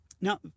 Now